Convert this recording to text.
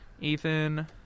Ethan